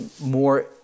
more